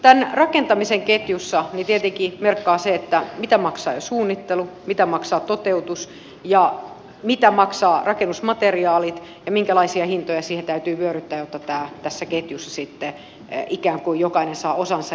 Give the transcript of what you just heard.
tämän rakentamisen ketjussa tietenkin merkkaa se mitä maksaa jo suunnittelu mitä maksaa toteutus mitä maksavat rakennusmateriaalit ja minkälaisia hintoja siihen täytyy vyöryttää jotta tässä ketjussa sitten ikään kuin jokainen saa osansa